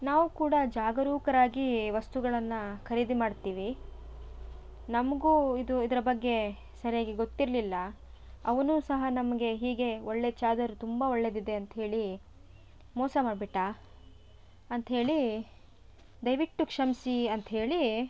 ನಾವು ಕೂಡ ಜಾಗರೂಕರಾಗಿ ವಸ್ತುಗಳನ್ನು ಖರೀದಿ ಮಾಡ್ತೀವಿ ನಮಗೂ ಇದು ಇದರ ಬಗ್ಗೆ ಸರಿಯಾಗಿ ಗೊತ್ತಿರಲಿಲ್ಲ ಅವನೂ ಸಹ ನಮಗೆ ಹೀಗೆ ಒಳ್ಳೆಯಾ ಚಾದರ್ ತುಂಬಾ ಒಳ್ಳೆಯದಿದೆ ಅಂತ ಹೇಳಿ ಮೋಸ ಮಾಡಿಬಿಟ್ಟ ಅಂತ ಹೇಳಿ ದಯವಿಟ್ಟು ಕ್ಷಮಿಸಿ ಅಂತ ಹೇಳಿ